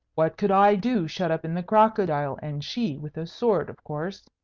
what could i do shut up in the crocodile, and she with a sword, of course?